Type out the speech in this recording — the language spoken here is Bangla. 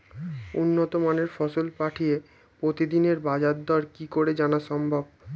উন্নত মানের ফসল পাঠিয়ে প্রতিদিনের বাজার দর কি করে জানা সম্ভব?